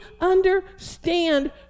understand